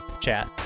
chat